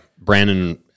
Brandon